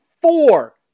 four